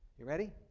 you ready?